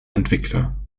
entwickler